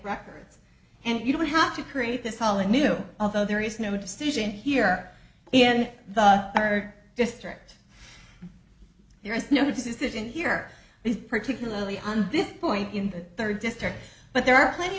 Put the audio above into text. records and you don't have to create this all in new although there is no decision here in the third district there is no decision here is particularly on this point in the third district but there are plenty